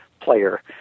player